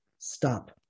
Stop